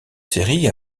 série